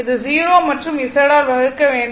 இது 0 மற்றும் Z ஆல் வகுக்க வேண்டும்